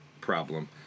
problem